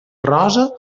rosa